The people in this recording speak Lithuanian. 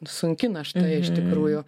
sunki našta iš tikrųjų